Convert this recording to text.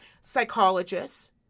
psychologists